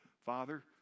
Father